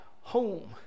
home